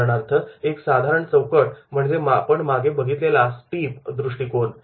उदाहरणार्थ एक साधारण चौकट म्हणजे आपण मागे बघितलेला स्टिप दृष्टिकोन